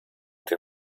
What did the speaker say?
den